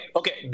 okay